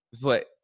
But-